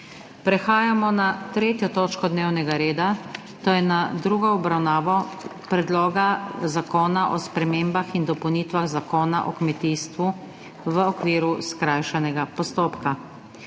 **prekinjeno 3. točko dnevnega reda, to je s tretjo obravnavo Predloga zakona o spremembah in dopolnitvah Zakona o kmetijstvu v okviru skrajšanega postopka**.